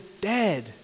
dead